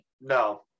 No